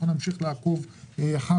אנחנו נמשיך לעקוב אחרי